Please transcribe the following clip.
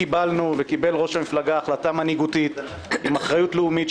ראש המפלגה קיבל החלטה מנהיגותית עם אחריות לאומית,